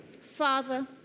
Father